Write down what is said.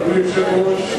אדוני היושב-ראש,